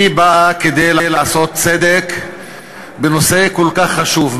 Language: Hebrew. היא באה לעשות צדק בנושא כל כך חשוב,